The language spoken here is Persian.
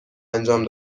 انجام